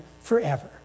forever